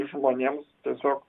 žmonėms tiesiog